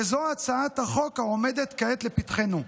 וזו הצעת החוק העומדת כעת לפתחנו.